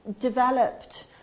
developed